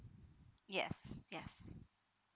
yes yes